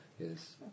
Yes